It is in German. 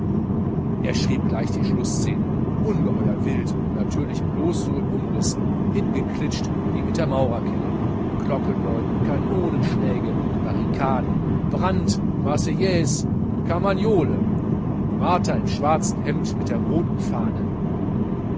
er schrieb gleich die schlußszene ungeheuer wild und natürlich blos so in umrissen hingeklitscht wie mit der maurerkelle glockenläuten kanonenschläge barrikaden brand marseillaise carmagnole martha im schwarzen hemd mit der roten fahne